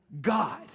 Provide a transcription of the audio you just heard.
God